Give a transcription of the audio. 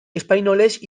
espainolez